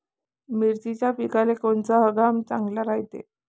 मिर्चीच्या पिकाले कोनता हंगाम चांगला रायते?